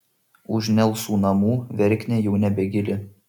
už nelsų namų verknė jau nebegili